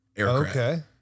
okay